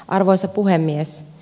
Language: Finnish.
arvoisa puhemies